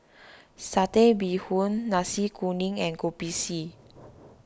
Satay Bee Hoon Nasi Kuning and Kopi C